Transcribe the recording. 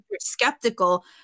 skeptical